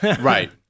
Right